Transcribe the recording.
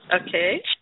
Okay